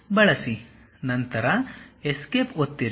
ನಂತರ ಎಸ್ಕೇಪ್ ಒತ್ತಿರಿ